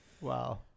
Wow